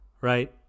right